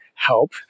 help